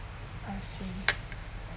I see